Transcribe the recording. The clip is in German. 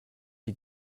die